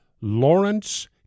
Lawrence